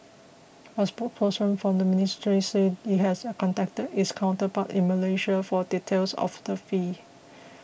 a spokesperson from the ministry said it has contacted its counterparts in Malaysia for details of the fee